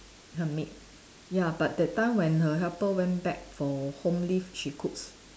her maid ya but that time when her helper went back for home leave she cooks